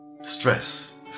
Stress